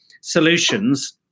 solutions